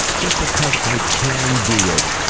just because i can do it,